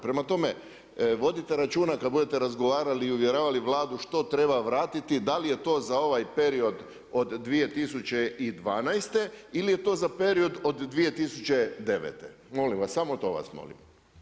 Prema tome, vodite računa kad budete razgovarali i uvjeravali Vladu, što treba vratiti, da li je to za ovaj period od 2012. ili je to za period od 2009., molim vas, samo to vas molim.